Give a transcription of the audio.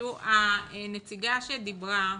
הנציגה שדיברה,